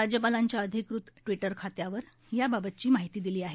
राज्यापालांच्या अधिकृत ट्विटर खात्यावर याबाबतची माहिती दिली आहे